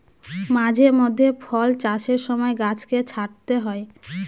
মাঝে মধ্যে ফল চাষের সময় গাছকে ছাঁটতে হয়